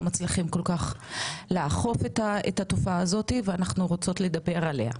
מצליחים כל כך לאכוף את התופעה הזו ואנחנו רוצות לדבר עליה.